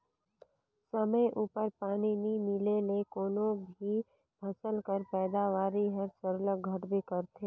समे उपर पानी नी मिले ले कोनो भी फसिल कर पएदावारी हर सरलग घटबे करथे